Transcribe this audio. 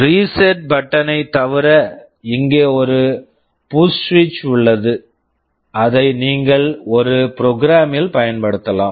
reset button reset button ஐத் தவிர இங்கே ஒரு புஷ் சுவிட்ச் push switch உள்ளது அதை நீங்கள் ஒரு ப்ரோக்ராம் program ல் பயன்படுத்தலாம்